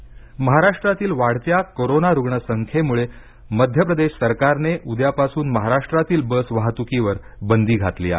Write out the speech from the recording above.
बस बंदी महाराष्ट्रातील वाढत्या कोरोंना रुग्ण संख्येमुळे मध्य प्रदेश सरकारने उद्यापासून महाराष्ट्रातील बस वाहतुकीवर बंदी घातली आहे